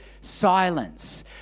silence